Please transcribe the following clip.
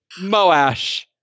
Moash